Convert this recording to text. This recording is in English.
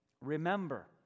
Remember